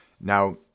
now